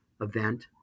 event